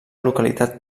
localitat